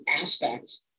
aspects